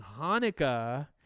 Hanukkah